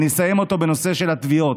אני אסיים אותו בנושא של הטביעות.